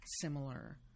similar